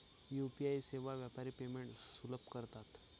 UPI सेवा व्यापारी payments सुलभ करतात